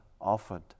offered